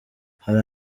hari